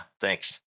thanks